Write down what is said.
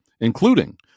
including